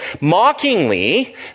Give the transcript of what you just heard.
Mockingly